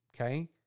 okay